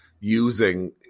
using